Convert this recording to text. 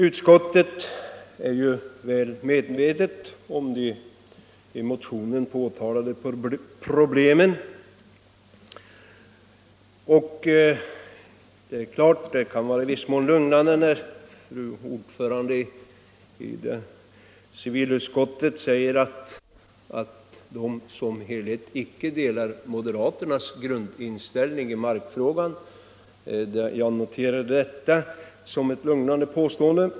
Utskottet är också väl medvetet om de i motionen påtalade problemen. När fru ordföranden i civilutskottet säger att utskottet i sin helhet icke delar moderaternas grundinställning i markfrågan noterar jag det som ett lugnande uttalande.